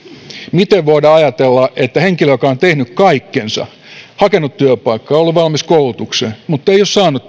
miten voidaan ajatella että henkilöltä joka on tehnyt kaikkensa hakenut työpaikkaa ollut valmis koulutukseen mutta joka ei ole saanut